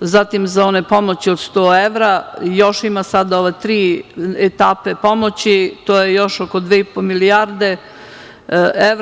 zatim za one pomoći od 100 evra, još ima sad ove tri etape pomoći, to je još oko 2,5 milijarde evra.